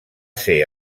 ser